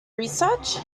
research